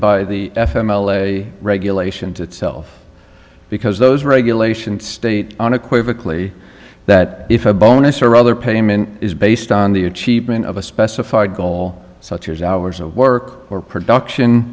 by the f m l a regulations itself because those regulations state unequivocally that if a bonus or other payment is based on the achievement of a specified goal such as hours of work or production